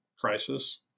crisis